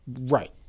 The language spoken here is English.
Right